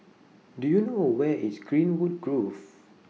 Do YOU know Where IS Greenwood Grove